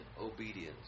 obedience